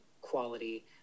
quality